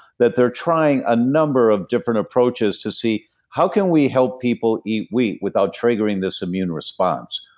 that they're trying a number of different approaches to see how can we help people eat wheat without triggering this immune response.